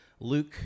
Luke